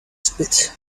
spit